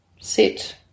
sit